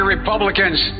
Republicans